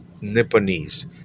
Nipponese